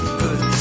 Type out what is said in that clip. good